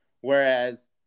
whereas